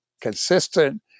consistent